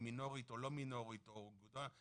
רק עורכי דין מוסמכים לייצג אחרים ולכן חברות גבייה,